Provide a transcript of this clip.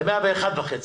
ל-101.5%,